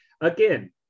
again